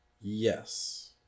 Yes